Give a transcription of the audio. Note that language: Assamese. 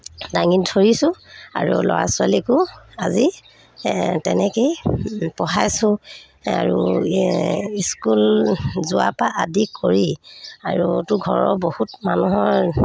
দাঙি ধৰিছোঁ আৰু ল'ৰা ছোৱালীকো আজি তেনেকৈয়ে পঢ়াইছোঁ আৰু স্কুল যোৱাৰপৰা আদি কৰি আৰু তো ঘৰৰ বহুত মানুহৰ